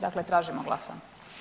Dakle, tražimo glasovanje.